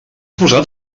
posat